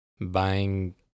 buying